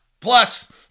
Plus